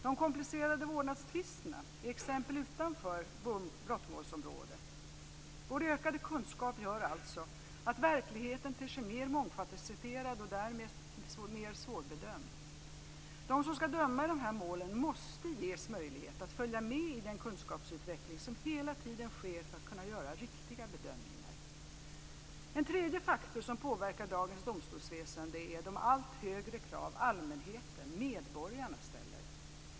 De komplicerade vårdnadstvisterna är exempel utanför brottmålsområdet. Vår ökade kunskap gör alltså att verkligheten ter sig mer mångfasetterad och därmed mer svårbedömd. De som ska döma i dessa mål måste ges möjlighet att följa med i den kunskapsutveckling som hela tiden sker för att kunna göra riktiga bedömningar. En tredje faktor som påverkar dagens domstolsväsende är de allt högre krav allmänheten, dvs. medborgarna, ställer.